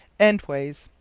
endways.